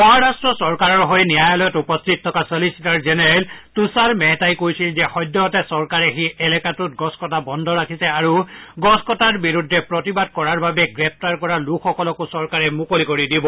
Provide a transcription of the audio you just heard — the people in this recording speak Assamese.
মহাৰট্ট চৰকাৰৰ হৈ ন্যায়ালয়ত উপস্থিত থকা ছলিচিটৰ জেনেৰেল তুষাৰ মেহতাই কৈছিল যে সদ্যহতে চৰকাৰে সেই এলেকাটোত গছ কটা বন্ধ ৰাখিছে আৰু গছ কটাৰ বিৰুদ্ধে প্ৰতিবাদ কৰাৰ বাবে গ্ৰেপ্তাৰ কৰা লোকসকলকো চৰকাৰে মুকলি কৰি দিব